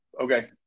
okay